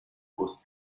guss